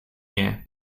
year